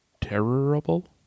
terrible